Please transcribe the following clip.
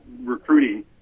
recruiting